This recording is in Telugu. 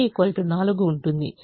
ఎందుకంటే u3 4 ఉంటుంది